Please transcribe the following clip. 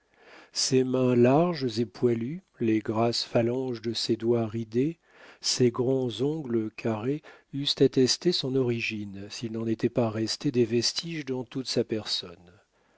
ses mains larges et poilues les grasses phalanges de ses doigts ridés ses grands ongles carrés eussent attesté son origine s'il n'en était pas resté des vestiges dans toute sa personne